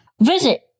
visit